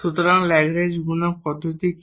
সুতরাং ল্যাগরেঞ্জ গুণক পদ্ধতি কি